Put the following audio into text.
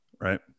Right